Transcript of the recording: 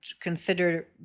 consider